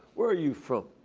where are you from?